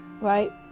right